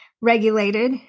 regulated